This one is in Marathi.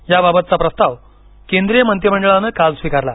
याबाबतचा प्रस्ताव केंद्रीय मंत्रीमंडळाने काल स्वीकारला